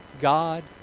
God